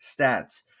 stats